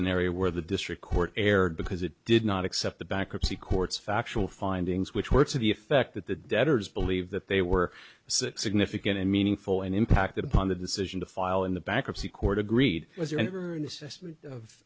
an area where the district court erred because it did not accept the bankruptcy courts factual findings which were to the effect that the debtors believe that they were significant and meaningful and impacted upon the decision to file in the bankruptcy court agreed